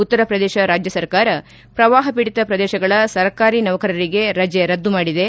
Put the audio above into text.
ಉತ್ತರ ಪ್ರದೇಶ ರಾಜ್ಯ ಸರ್ಕಾರ ಪ್ರವಾಹ ಪೀಡಿತ ಪ್ರದೇಶಗಳ ಸರ್ಕಾರಿ ನೌಕರರಿಗೆ ರಜೆ ರದ್ದು ಮಾಡಿದೆ